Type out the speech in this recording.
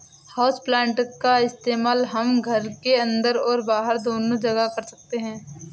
houseplant का इस्तेमाल हम घर के अंदर और बाहर दोनों जगह कर सकते हैं